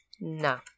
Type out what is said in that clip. No